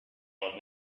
old